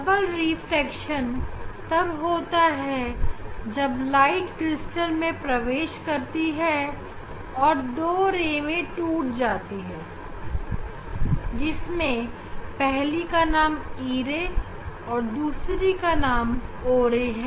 double refraction तब होता है जब लाइट क्रिस्टल में प्रवेश करती है और दो रे में टूट जाती है जिसमें पहली का नाम e ray है और दूसरी का नाम o ray है